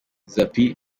zappy